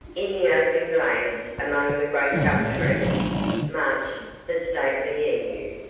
in the open glades among the great gum-trees marched the stately emu,